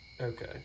Okay